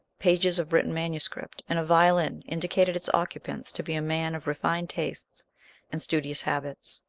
pages of written manuscript, and a violin indicated its occupants to be a man of refined tastes and studious habits.